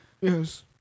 Yes